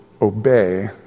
obey